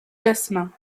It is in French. jasmin